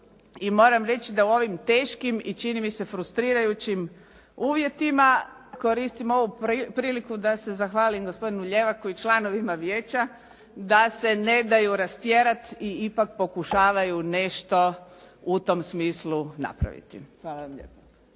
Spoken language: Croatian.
moram reći da u ovim teškim i čini mi se frustrirajućim uvjetima koristim ovu priliku da se zahvalim gospodinu Ljevaku i članovima vijeća, da se ne daju rastjerati i ipak pokušavaju nešto u tom smislu nešto napraviti. Hvala vam lijepa.